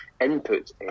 input